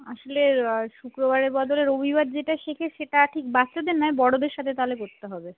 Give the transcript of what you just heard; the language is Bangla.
আসলে শুক্রবারের বদলে রবিবার যেটা শেখে সেটা ঠিক বাচ্চাদের নয় বড়দের সাথে তাহলে করতে হবে